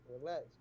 Relax